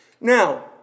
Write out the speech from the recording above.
Now